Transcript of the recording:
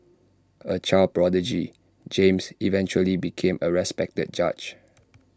A child prodigy James eventually became A respected judge